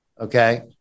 Okay